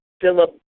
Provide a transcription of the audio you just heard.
Philip